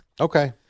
Okay